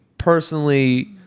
personally